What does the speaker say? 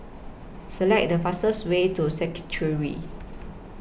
Select The fastest Way to secretary